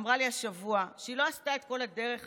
אמרה לי השבוע שהיא לא עשתה את כל הדרך הזאת,